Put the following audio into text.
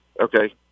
Okay